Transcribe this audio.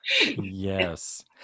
Yes